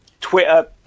Twitter